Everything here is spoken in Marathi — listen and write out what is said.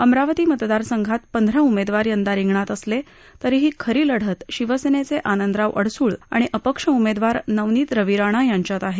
अमरावती मतदारसद्धत पद्धिा उमेदवार यद्धी रिशित असले तरीही खरी लढत शिवसेनेचे आनद्धिाव अडसूळ आणि अपक्ष उमेदवार नवनीत रवी राणा याच्यात आहे